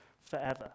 forever